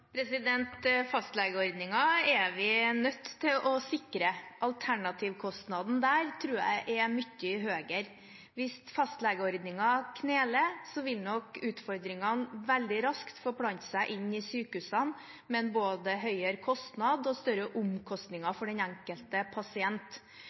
er vi nødt til å sikre. Alternativkostnaden der tror jeg er mye høyere. Hvis fastlegeordningen kneler, vil nok utfordringene veldig raskt forplante seg inn i sykehusene, med både høyere kostnad og større